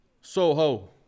Soho